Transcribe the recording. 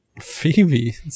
Phoebe